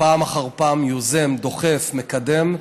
פעם אחר פעם הוא יוזם, דוחף, מקדם,